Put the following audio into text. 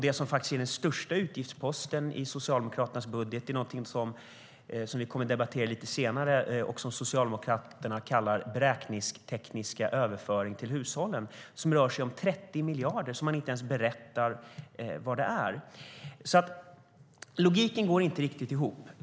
Det som faktiskt är den största utgiftsposten i Socialdemokraternas budget är något som de kallar beräkningstekniska överföringar till hushållen och som rör sig om 30 miljarder och som de inte ens berättar vad det är. Det kommer vi att debattera lite senare. Logiken går inte riktigt ihop.